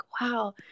Wow